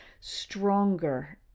stronger